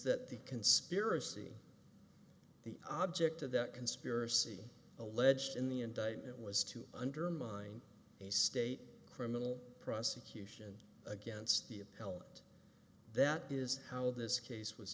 that the conspiracy the object of that conspiracy alleged in the indictment was to undermine a state criminal prosecution against the appellant that is how this case was